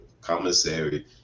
commissary